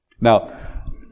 Now